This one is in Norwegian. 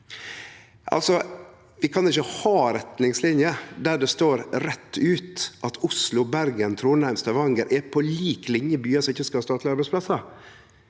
Vi kan ikkje ha retningsliner der det står rett ut at Oslo, Bergen, Trondheim og Stavanger er – på lik line – byar som ikkje skal ha statlege arbeidsplassar,